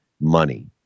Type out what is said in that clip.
money